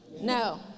no